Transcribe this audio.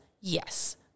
yes